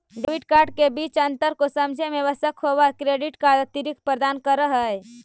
Debit card के बीच अंतर को समझे मे आवश्यक होव है क्रेडिट कार्ड अतिरिक्त प्रदान कर है?